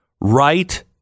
Right